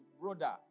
Brother